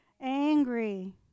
Angry